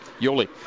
Yoli